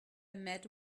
met